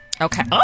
Okay